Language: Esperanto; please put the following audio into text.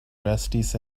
restis